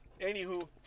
Anywho